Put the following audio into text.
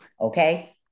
okay